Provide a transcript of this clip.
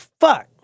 fuck